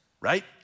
right